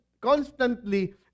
constantly